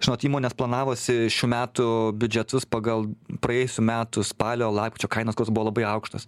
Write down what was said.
žinot įmonės planavosi šių metų biudžetus pagal praėjusių metų spalio lapkričio kainas kurios buvo labai aukštos